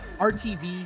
RTV